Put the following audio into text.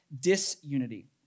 disunity